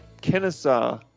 Kennesaw